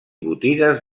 botigues